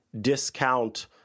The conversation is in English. discount